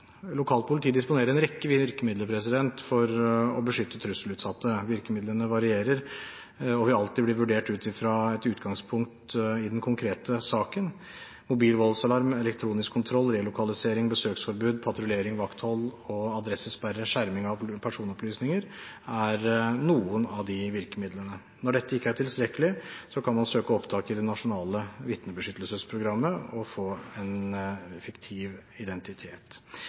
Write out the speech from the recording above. disponerer en rekke virkemidler for å beskytte trusselutsatte. Virkemidlene varierer og vil alltid bli vurdert ut fra et utgangspunkt i den konkrete saken. Mobil voldsalarm, elektronisk kontroll, relokalisering, besøksforbud, patruljering, vakthold, adressesperre og skjerming av personopplysninger er noen av disse virkemidlene. Når dette ikke er tilstrekkelig, kan man søke opptak i det nasjonale vitnebeskyttelsesprogrammet og få en fiktiv identitet.